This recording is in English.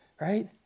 right